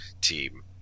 team